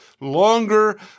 longer